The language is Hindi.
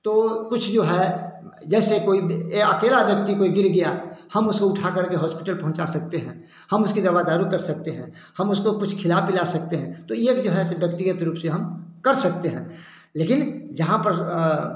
तो कुछ जो है जैसे कोई ये अकेला व्यक्ति कोई गिर गया हम उसको उठा करके होस्पिटल पहुँचा सकते हैं हम उसके दवा दारु कर सकते हैं हम उसको कुछ खिला पिला सकते हैं तो एक जो है से व्यक्तिगत रूप से हम कर सकते हैं लेकिन जहाँ पत्र